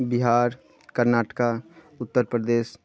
Bihar Karnataka Uttar Pradesh